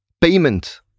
Payment